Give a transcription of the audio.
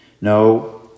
No